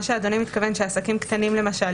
מה שאדוני מתכוון שעסקים קטנים למשל,